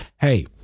Hey